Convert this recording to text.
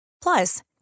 Plus